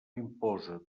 imposa